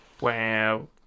Wow